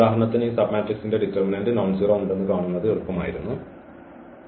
ഉദാഹരണത്തിന് ഈ സബ്മാട്രിക്സിന് ഡിറ്റർമിനന്റു നോൺസെറോ ഉണ്ടെന്ന് കാണുന്നത് എളുപ്പമായിരുന്നു ഇത്